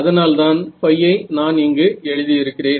அதனால் தான் ϕ ஐ நான் இங்கு எழுதியிருக்கிறேன்